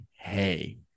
Hey